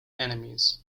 enemies